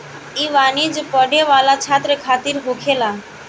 ई वाणिज्य पढ़े वाला छात्र खातिर होखेला